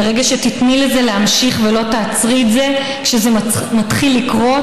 ברגע שתיתני לזה להמשיך ולא תעצרי את זה כשזה מתחיל לקרות,